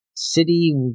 City